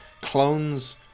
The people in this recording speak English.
clones